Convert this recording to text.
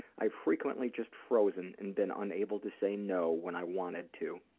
i've frequently just frozen and been unable to say no when i wanted to.